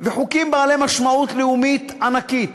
וחוקים בעלי משמעות לאומית ענקית.